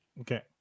Okay